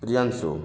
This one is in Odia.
ପ୍ରିୟାଂଶୁ